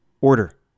order